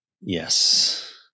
Yes